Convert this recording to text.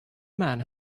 man